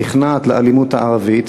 נכנעת לאלימות הערבית.